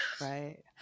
Right